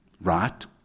Right